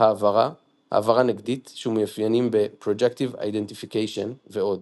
העברה העברה נגדית שמאופיינים ב projective identification ועוד.